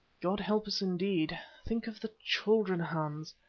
god help us, indeed. think of the children, hans!